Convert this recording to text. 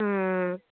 ஆ ஆ